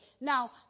Now